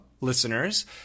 listeners